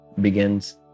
begins